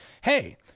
hey